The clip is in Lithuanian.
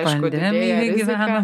pandemijoj gyvenam